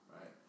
right